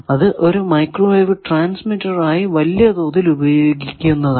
അത് ഒരു microwave transmitter ആയി വലിയ തോതിൽ ഉപയോഗിക്കുന്നതാണ്